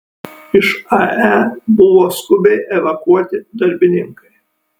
iš ae buvo skubiai evakuoti darbininkai